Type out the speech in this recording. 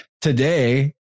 today